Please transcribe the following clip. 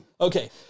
Okay